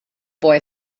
boy